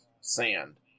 Sand